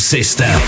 System